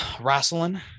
wrestling